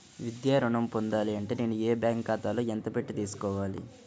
విద్యా ఋణం పొందాలి అంటే నేను బ్యాంకు ఖాతాలో ఎంత పెట్టి తీసుకోవాలి?